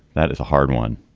that is a hard one.